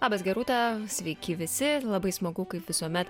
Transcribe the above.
labas gerūta sveiki visi labai smagu kaip visuomet